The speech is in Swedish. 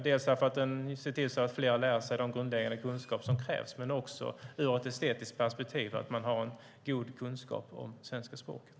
Den ser till dels att fler elever får de grundläggande kunskaper som krävs, dels att de får en god kunskap om svenska språket ur ett estetiskt perspektiv.